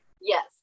Yes